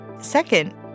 Second